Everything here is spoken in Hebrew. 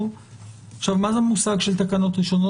מה זה המושג של "תקנות ראשונות"?